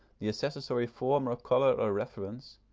the accessory form or colour or reference,